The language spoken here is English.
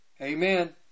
amen